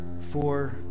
four